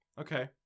Okay